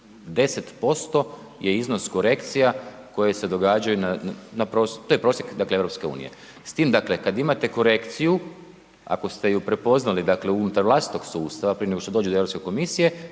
10% je iznos korekcija koje se događaju na, to je prosjek dakle EU. S tim dakle kad imate korekciju, ako ste ju prepoznali dakle unutar vlastitog sustava prije nego što dođe do Europske komisije